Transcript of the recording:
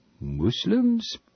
Muslims